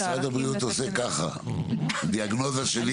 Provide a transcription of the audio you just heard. משרד הבריאות עושה ככה (מנידה בראשה).